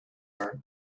are